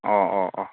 ꯑꯣ ꯑꯣ ꯑꯣ